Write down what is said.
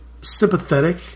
sympathetic